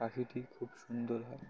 পাখিটি খুব সুন্দর হয়